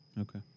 okay